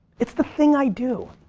it's the thing i do.